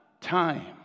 time